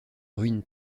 ruine